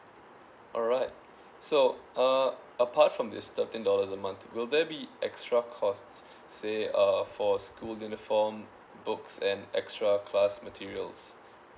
alright so uh apart from this thirteen dollars a month will there be extra cost say uh for school uniform books and extra class materials